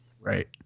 Right